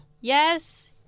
Yes